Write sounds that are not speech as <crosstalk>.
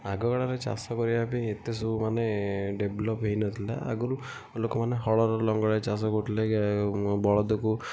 ଆଗ କାଳରେ ଚାଷ କରିବା ପାଇଁ ଏତେ ସବୁ ମାନେ ଡେଭଲପ୍ ହୋଇନଥିଲା ଆଗରୁ ଲୋକମାନେ ହଳ ଲଙ୍ଗଳ ଚାଷ କରୁଥିଲେ <unintelligible> ବଳଦକୁ